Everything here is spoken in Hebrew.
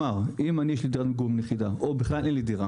אם יש לי דירת מגורים או שאין לי דירה